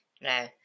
Now